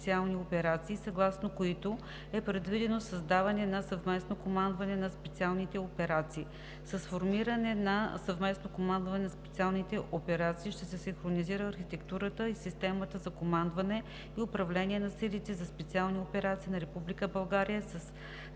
съгласно които е предвидено създаване на Съвместно командване на специалните операции. С формирането на Съвместно командване на специалните операции ще се синхронизира архитектурата и системата за командване и управление на силите за специални операции на